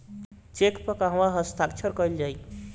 Check पर कहवा हस्ताक्षर कैल जाइ?